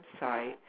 website